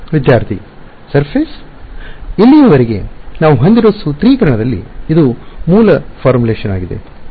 ವಿದ್ಯಾರ್ಥಿ ಮೇಲ್ಮೈಗೆ ಸರ್ಫೆಸ್ ಇಲ್ಲಿಯವರೆಗೆ ನಾವು ಹೊಂದಿರುವ ಸೂತ್ರೀಕರಣದಲ್ಲಿ ಇದು ಮೂಲ ಸೂತ್ರೀಕರಣವಾಗಿದೆ ಫಾರ್ಮುಲೆಷನ್ ಆಗಿದೆ